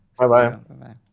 Bye-bye